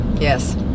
Yes